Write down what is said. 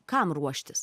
kam ruoštis